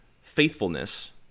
faithfulness